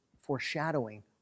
foreshadowing